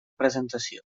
presentació